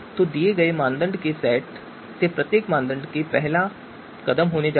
तो दिए गए मानदंडों के सेट से प्रत्येक मानदंड के लिए पहला कदम होने जा रहा है